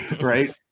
Right